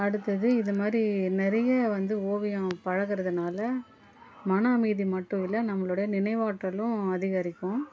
அடுத்தது இதை மாதிரி நிறைய வந்து ஓவியம் பழகிறதுனால மன அமைதி மட்டும் இல்லை நம்மளோடய நினைவாற்றலும் அதிகரிக்கும்